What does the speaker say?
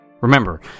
Remember